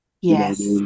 Yes